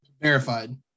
verified